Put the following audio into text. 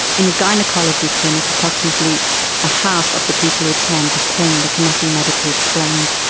in a gynaecology clinic, approximately a half of the people who attend have pain that cannot be medically explained.